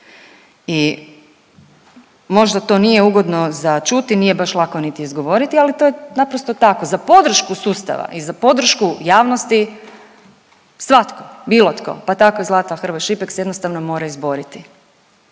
i možda to nije ugodno za čuti, nije baš lako niti izgovoriti, ali to je naprosto tako. Za podršku sustava i za podršku javnosti svatko, bilo tko, pa tako i Zlata Hrvoj-Šipek se jednostavno mora izboriti,